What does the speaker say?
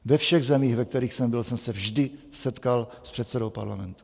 Ve všech zemích, ve kterých jsem byl, jsem se vždy setkal s předsedou parlamentu.